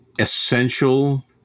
essential